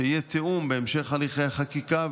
שיהיה תיאום בהמשך הליכי החקיקה.